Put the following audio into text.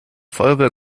feuerwehr